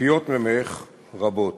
והציפיות ממך רבות.